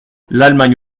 l’allemagne